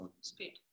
speed